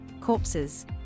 corpses